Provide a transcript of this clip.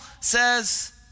says